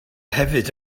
hefyd